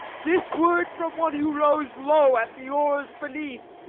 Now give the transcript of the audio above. this word from one who rows low at the oars beneath,